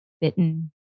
bitten